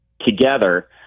together